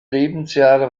lebensjahre